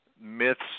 myths